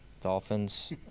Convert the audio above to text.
Dolphins